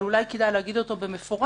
אבל אולי כדאי להגיד אותו במפורש,